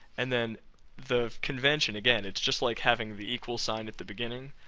and then the convention, again, it's just like having the equal sign at the beginning.